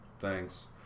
thanks